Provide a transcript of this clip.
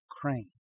Crane